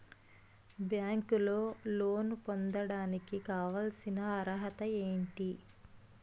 బ్యాంకులో లోన్ పొందడానికి కావాల్సిన అర్హత ఏంటి?